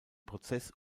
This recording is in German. prozess